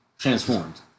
Transformed